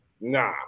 Nah